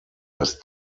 das